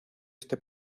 este